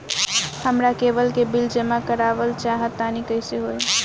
हमरा केबल के बिल जमा करावल चहा तनि कइसे होई?